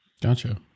Gotcha